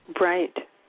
Right